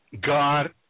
God